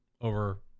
over